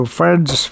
friends